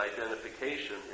identification